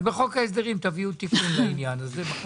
אז בחוק ההסדרים תביאו תיקון לעניין הזה.